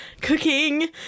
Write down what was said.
cooking